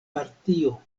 partio